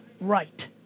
right